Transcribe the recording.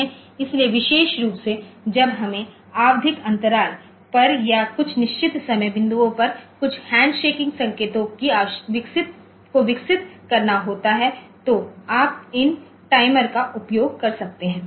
इसलिए विशेष रूप से जब हमें आवधिक अंतराल पर या कुछ निश्चित समय बिंदुओं पर कुछ हैंडशेकिंग संकेतों को विकसित करना होता है तो आप इन टाइमर का उपयोग कर सकते हैं